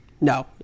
no